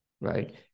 right